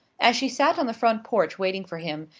as she sat on the front porch waiting for him,